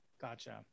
Gotcha